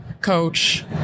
coach